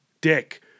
Dick